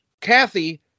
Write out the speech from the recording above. Kathy